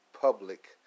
public